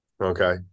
okay